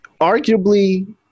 arguably –